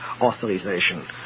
authorization